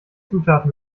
zutaten